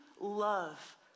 love